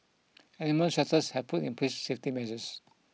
animal shelters have put in place safety measures